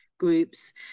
groups